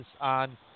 on